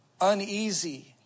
uneasy